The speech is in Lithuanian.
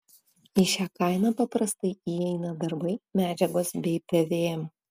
į šią kainą paprastai įeina darbai medžiagos bei pvm